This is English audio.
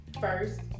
first